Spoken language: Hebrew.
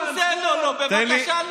בחייאת, דודי, בבקשה.